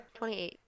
28